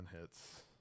hits